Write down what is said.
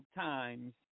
times